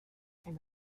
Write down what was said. and